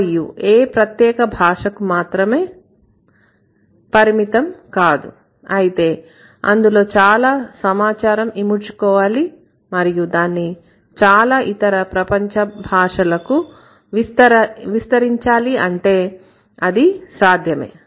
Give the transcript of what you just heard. మరియు ఏ ప్రత్యేక భాషకు మాత్రమే పరిమితం కాదు అయితే అందులో చాలా సమాచారం ఇముడ్చుకోవాలి మరియు దాన్ని చాలా ఇతర ప్రపంచ భాషలకు విస్తరించాలి అంటే అది సాధ్యమే